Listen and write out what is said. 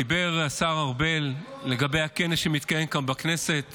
דיבר השר ארבל לגבי הכנס שמתקיים כאן בכנסת